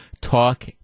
Talk